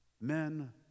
men